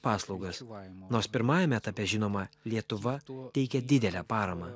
paslaugas nors pirmajame etape žinoma lietuva teikia didelę paramą